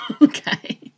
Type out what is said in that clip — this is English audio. Okay